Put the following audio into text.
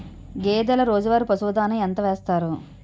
గేదెల రోజువారి పశువు దాణాఎంత వేస్తారు?